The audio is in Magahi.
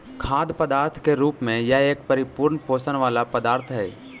खाद्य पदार्थ के रूप में यह एक परिपूर्ण पोषण वाला पदार्थ हई